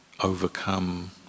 overcome